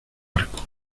arcos